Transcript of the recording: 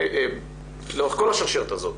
לאורך כל השרשרת הזאת,